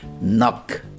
knock